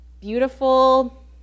beautiful